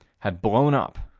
had blown up.